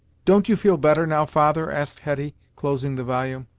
don't you feel better now, father? asked hetty, closing the volume.